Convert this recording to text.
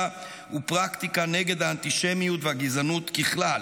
ופרקטיקה נגד האנטישמיות והגזענות ככלל,